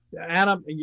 Adam